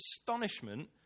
astonishment